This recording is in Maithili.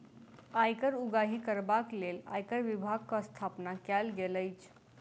आयकर उगाही करबाक लेल आयकर विभागक स्थापना कयल गेल अछि